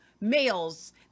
males